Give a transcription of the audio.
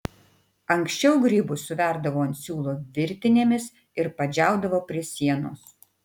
anksčiau grybus suverdavo ant siūlo virtinėmis ir padžiaudavo prie sienos